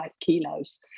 kilos